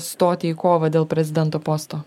stoti į kovą dėl prezidento posto